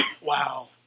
Wow